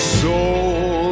soul